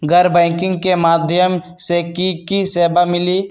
गैर बैंकिंग के माध्यम से की की सेवा मिली?